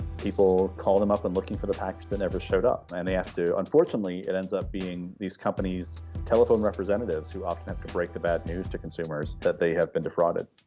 people call them up and looking for the package that never showed up. and they have to, unfortunately, it ends up being these companies' telephone representatives who often have to break the bad news to consumers that they have been defrauded.